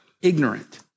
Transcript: Ignorant